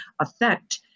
affect